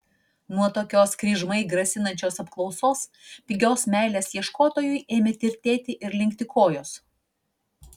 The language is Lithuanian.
nuo tokios kryžmai grasinančios apklausos pigios meilės ieškotojui ėmė tirtėti ir linkti kojos